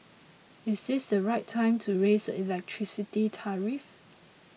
is this the right time to raise the electricity tariff